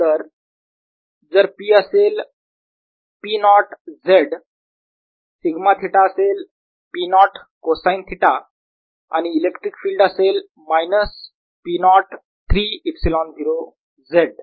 तर जर P असेल P naught z sigma theta असेल P नॉट कोसाईन थिटा आणि इलेक्ट्रिक फील्ड असेल मायनस P नॉट 3 ε0 z